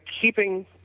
keeping